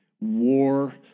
war